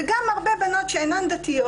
וגם הרבה בנות שאינן דתיות,